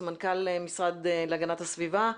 סמנכ"ל המשרד להגנת הסביבה.